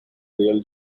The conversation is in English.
real